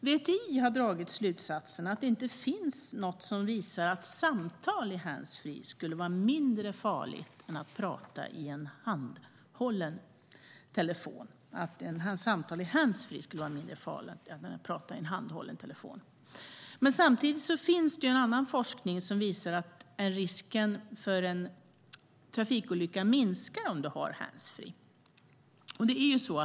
VTI har dragit slutsatsen att det inte finns någonting som visar att samtal i handsfree skulle vara mindre farligt än samtal i en handhållen telefon. Samtidigt finns det annan forskning som visar att risken för en trafikolycka minskar om man har handsfree.